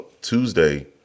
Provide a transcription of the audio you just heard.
Tuesday